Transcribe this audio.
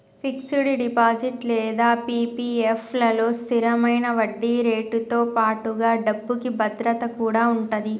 fixed deposit లేదా PPF లలో స్థిరమైన వడ్డీరేటుతో పాటుగా డబ్బుకి భద్రత కూడా ఉంటది